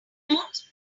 always